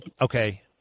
Okay